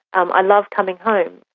um i love coming home,